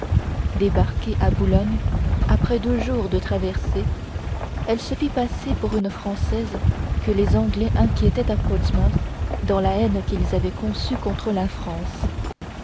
débarquée à boulogne après deux jours de traversée elle se fit passer pour une française que les anglais inquiétaient à portsmouth dans la haine qu'ils avaient conçue contre la france